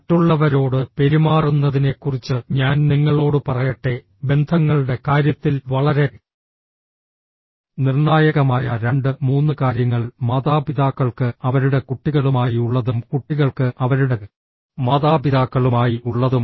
മറ്റുള്ളവരോട് പെരുമാറുന്നതിനെക്കുറിച്ച് ഞാൻ നിങ്ങളോട് പറയട്ടെ ബന്ധങ്ങളുടെ കാര്യത്തിൽ വളരെ നിർണായകമായ രണ്ട് മൂന്ന് കാര്യങ്ങൾ മാതാപിതാക്കൾക്ക് അവരുടെ കുട്ടികളുമായി ഉള്ളതും കുട്ടികൾക്ക് അവരുടെ മാതാപിതാക്കളുമായി ഉള്ളതും